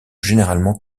généralement